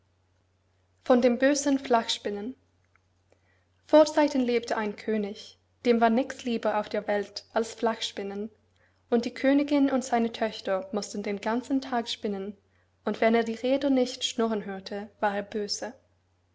von dem bösen flachspinnen vorzeiten lebte ein könig dem war nichts lieber auf der welt als flachsspinnen und die königin und seine töchter mußten den ganzen tag spinnen und wenn er die räder nicht schnurren hörte war er böse